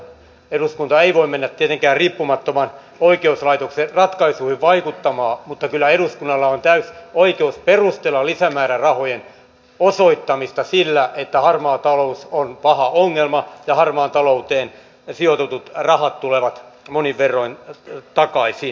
eduskunta ei voi mennä tietenkään riippumattoman oikeuslaitoksen ratkaisuihin vaikuttamaan mutta kyllä eduskunnalla on täysi oikeus perustella lisämäärärahojen osoittamista sillä että harmaa talous on paha ongelma ja harmaaseen talouteen sijoitetut rahat tulevat monin verroin takaisin